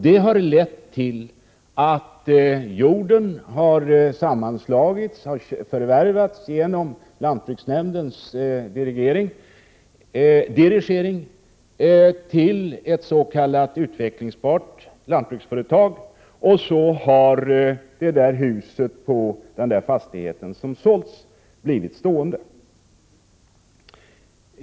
Det har lett till att markarealer har sammanslagits, genom lantbruksnämndens dirigering, till s.k. utvecklingsbara lantbruksföretag, och så har boningshus på fastigheter som sålts ofta blivit stående tomma.